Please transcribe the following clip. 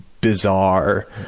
bizarre